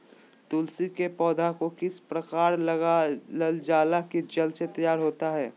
तुलसी के पौधा को किस प्रकार लगालजाला की जल्द से तैयार होता है?